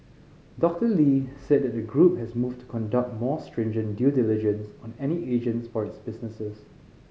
Doctor Lee said that the group has moved to conduct more stringent due diligence on any agents for its businesses